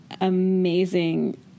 amazing